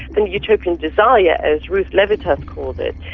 then utopian desire, as ruth levitas calls it,